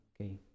Okay